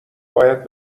باید